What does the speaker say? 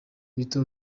bito